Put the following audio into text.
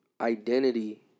identity